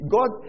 God